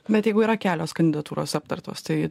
bet jeigu yra kelios kandidatūros aptartos tai